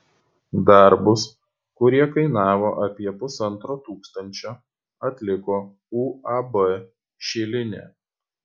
darbus kurie kainavo apie pusantro tūkstančio atliko uab šilinė